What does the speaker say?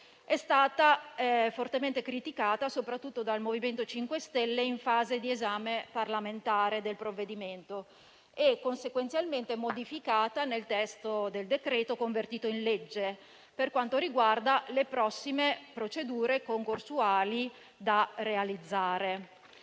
è stata fortemente criticata soprattutto dal MoVimento 5 Stelle in fase di esame parlamentare del provvedimento e conseguentemente modificata nel testo del decreto convertito in legge, per quanto riguarda le prossime procedure concorsuali da realizzare.